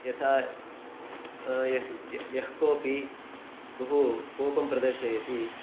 यथा यः यः कोपि बहू कोपं प्रदर्शयति